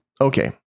okay